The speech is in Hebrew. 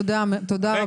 תודה, תודה רבה שמואל.